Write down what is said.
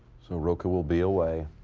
so rocca will be away.